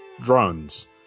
drones